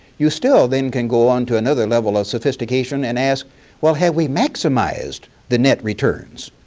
you still then can go on to another level of sophistication and ask well have we maximized the net returns?